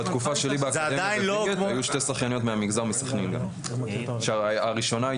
אני חושב שזה